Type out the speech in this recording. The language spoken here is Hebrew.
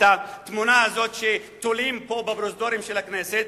התמונה הזאת שתולים פה בפרוזדורים של הכנסת?